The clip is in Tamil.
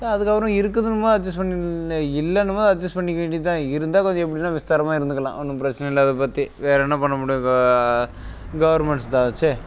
ஸோ அதுக்கப்புறம் இருக்கிறதுமா அட்ஜட் பண்ணி இல்லைனும் போது அட்ஜட் பண்ணிக்க வேண்டியதுதான் இருந்தால் கொஞ்சம் எப்படின்னா விஸ்தாரமாக இருந்துக்கலாம் ஒன்றும் பிரச்சின இல்லை அதைப் பற்றி வேறு என்ன பண்ணமுடியும் வே கவர்மெண்ட்ஸ்தாக ஆச்சே